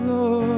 Lord